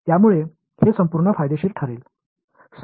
त्यामुळे हे संपूर्ण फायदेशीर ठरेल